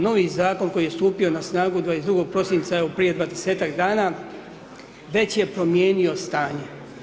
Novi zakon koji je stupio na snagu 22. prosincu, evo prije 20-ak dana, već je promijenio stanje.